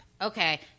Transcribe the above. Okay